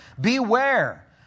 Beware